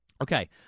Okay